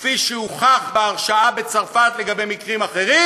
כפי שהוכח בהרשעה בצרפת לגבי מקרים אחרים?